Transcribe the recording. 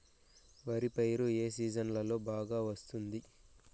వరి పైరు ఏ సీజన్లలో బాగా వస్తుంది